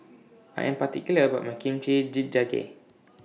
I Am particular about My Kimchi Jjigae